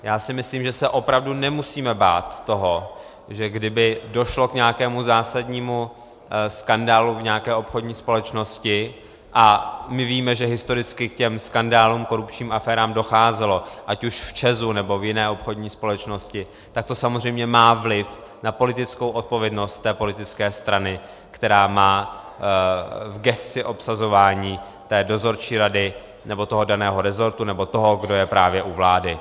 Já si myslím, že se opravdu nemusíme bát toho, že kdyby došlo k nějakému zásadnímu skandálu v nějaké obchodní společnosti a my víme, že historicky k těm skandálům, korupčním aférám docházelo, ať už v ČEZ nebo v jiné obchodní společnosti, tak to samozřejmě má vliv na politickou odpovědnost té politické strany, která má v gesci obsazování té dozorčí rady nebo toho daného resortu nebo toho, kdo je právě u vlády.